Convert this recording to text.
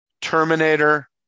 Terminator